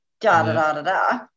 da-da-da-da-da